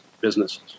businesses